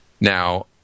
now